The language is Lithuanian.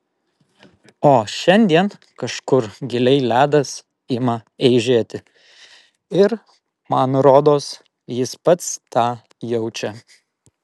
o šiandien kažkur giliai ledas ima eižėti ir man rodos jis pats tą jaučia